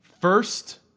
First